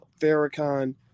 Farrakhan